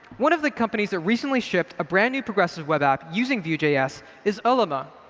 one of the companies that recently shipped a brand new progressive web app using vue js is eleme,